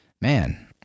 man